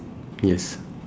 yes